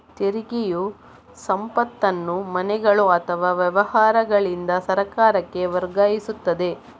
ತೆರಿಗೆಯು ಸಂಪತ್ತನ್ನು ಮನೆಗಳು ಅಥವಾ ವ್ಯವಹಾರಗಳಿಂದ ಸರ್ಕಾರಕ್ಕೆ ವರ್ಗಾಯಿಸುತ್ತದೆ